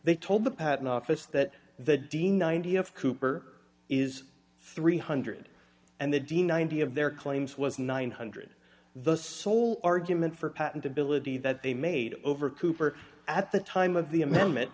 they told the patent office that the dean ninety of cooper is three hundred and the d ninety of their claims was nine hundred dollars the sole argument for patentability that they made over cooper at the time of the amendment